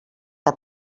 que